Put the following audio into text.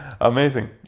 amazing